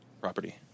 property